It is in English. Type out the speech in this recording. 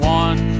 one